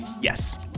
Yes